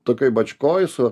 tokioj bačkoj su